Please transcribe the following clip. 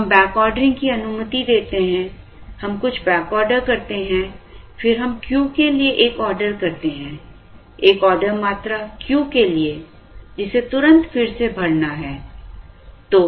हम बैकऑर्डरिंग की अनुमति देते हैं हम कुछ बैकऑर्डर करते हैं फिर हम Q के लिए एक ऑर्डर करते हैं एक ऑर्डर मात्रा Q के लिए जिसे तुरंत फिर से भरना है